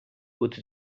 but